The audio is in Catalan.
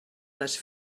les